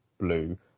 blue